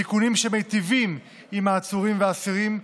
בתיקונים שמיטיבים עם העצורים והאסירים,